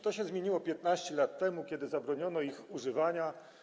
To się zmieniło 15 lat temu, kiedy zabroniono ich używania.